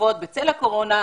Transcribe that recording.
בצל הקורונה,